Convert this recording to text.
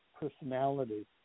personality